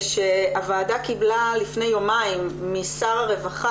שהוועדה קיבלה לפני יומיים משר הרווחה